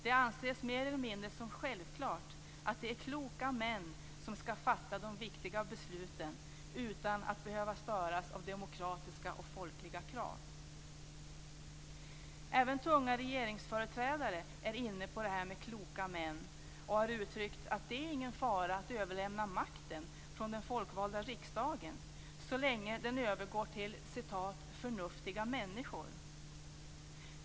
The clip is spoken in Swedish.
Det anses mer eller mindre som självklart att det är kloka män som skall fatta de viktiga besluten utan att behöva störas av demokratiska och folkliga krav. Även tunga regeringsföreträdare är inne på detta med kloka män och har uttryckt att det inte är någon fara att överlämna makten från den folkvalda riksdagen så länge den övergår till "förnuftiga människor".